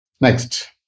Next